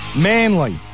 Manly